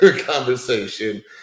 conversation